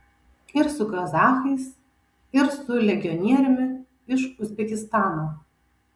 ir su kazachais ir su legionieriumi iš uzbekistano